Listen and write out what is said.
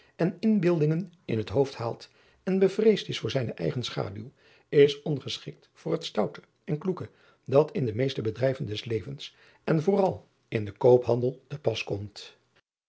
en inbeeldingen in het hoofd haalt en bevreesd is voor zijne eigen schaduw is ongeschikt voor het stoute en kloeke dat in de meeste bedrijven des levens en vooral in den koophandel te pas komt